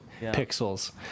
pixels